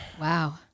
Wow